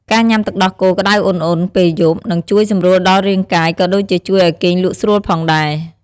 ការញុំាទឹកដោះគោក្តៅឧណ្ហៗពេលយប់ នឹងជួយសម្រួលដល់រាងកាយ ក៏ដូចជាជួយឲ្យគេងលក់ស្រួលផងដែរ។